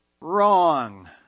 Wrong